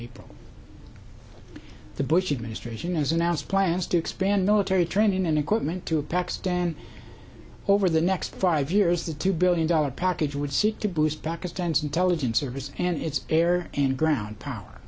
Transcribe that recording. april the bush administration has announced plans to expand military training and equipment to pakistan over the next five years the two billion dollar package would seek to boost pakistan's intelligence service and its air and ground power